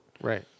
Right